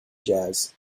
jazz